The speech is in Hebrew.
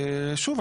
שוב,